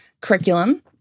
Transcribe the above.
curriculum